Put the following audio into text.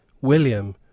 William